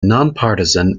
nonpartisan